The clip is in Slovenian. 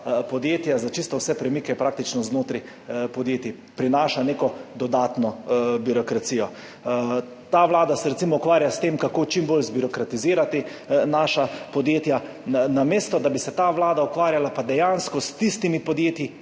praktično čisto vse premike znotraj podjetij, prinaša neko dodatno birokracijo. Ta vlada se recimo ukvarja s tem, kako čim bolj zbirokratizirati naša podjetja, namesto da bi se dejansko ukvarjala s tistimi podjetji,